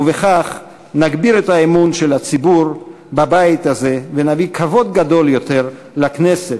ובכך נגביר את האמון של הציבור בבית הזה ונביא כבוד גדול יותר לכנסת,